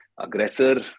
Aggressor